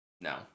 no